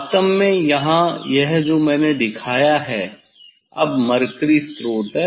वास्तव में यहाँ यह जो मैंने दिखाया है अब मरकरी स्रोत है